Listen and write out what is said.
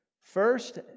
first